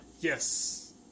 Yes